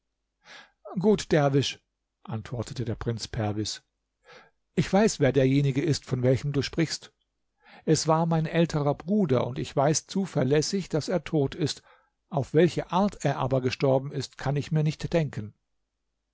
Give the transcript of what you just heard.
gut derwisch antwortete der prinz perwis ich weiß wer derjenige ist von welchem du sprichst es war mein älterer bruder und ich weiß zuverlässig daß er tot ist auf welche art er aber gestorben ist kann ich mir nicht denken